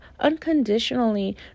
unconditionally